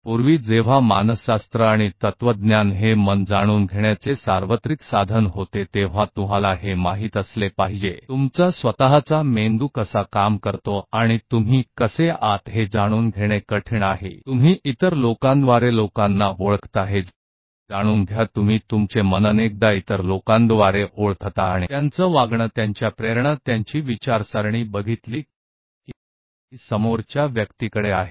तो पहले जब मनोविज्ञान दर्शन मन को जानने के लिए सार्वभौमिक उपकरण था तो आपको यह जानना बहुत मुश्किल है कि आपके स्वयं के मस्तिष्क का काम क्या है और आप कैसे जानते हैं आप अन्य लोगों के माध्यम से लोगों को जानते हैं आप अपने मन को जानते हैं लेकिन अक्सर दूसरे लोगों उनके व्यवहार और उनकी प्रेरणाओं उनकी सोच और उनके विचार को देखने से यह पता चलता है कि दूसरे व्यक्ति ने क्या देखा है